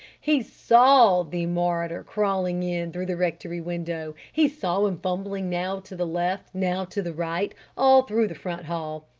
he saw the marauder crawling in through the rectory window! he saw him fumbling now to the left, now to the right, all through the front hall!